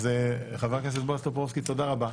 חבר הכנסת בועז טופורובסקי, תודה רבה.